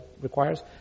requires